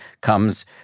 comes